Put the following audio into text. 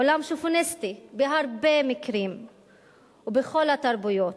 עולם שוביניסטי בהרבה מקרים ובכל התרבויות,